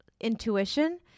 intuition